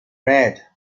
red